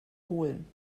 holen